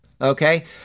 okay